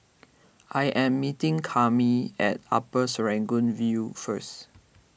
I am meeting Cami at Upper Serangoon View first